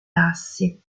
assi